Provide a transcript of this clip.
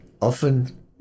often